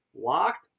Locked